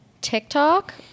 TikTok